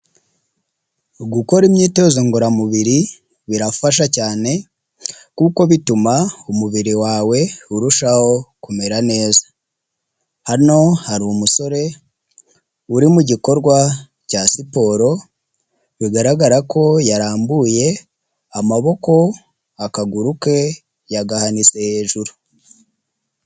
Gukora imyitozo ngororamubiri birafasha cyane, kuko bituma umubiri wawe urushaho kumera neza, hano hari umusore uri mu gikorwa cya siporo, bigaragara ko yarambuye amaboko akaguru ke yagahanitse hejuru.